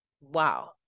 Wow